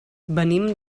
venim